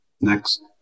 Next